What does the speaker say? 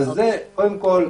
קודם כול,